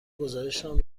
گزارشم